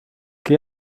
qué